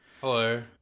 hello